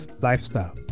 lifestyle